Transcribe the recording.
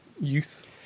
youth